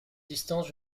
distance